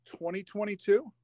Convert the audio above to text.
2022